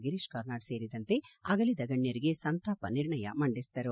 ಗಿರೀಶ್ ಕಾರ್ನಾಡ್ ಸೇರಿದಂತೆ ಅಗಲಿದ ಗಣ್ಣರಿಗೆ ಸಂತಾಪ ನಿರ್ಣಯ ಮಂಡಿಸಿದರು